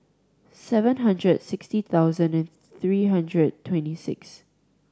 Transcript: seven hundred sixty thousand three hundred twenty six